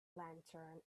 lantern